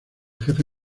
jefe